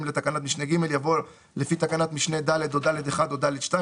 לתקנת משנה (ג)" יבוא "לפי תקנת משנה (ד) או (ד1 ) או (ד2),